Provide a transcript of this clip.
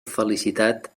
felicitat